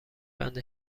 بند